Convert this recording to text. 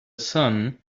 sun